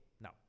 now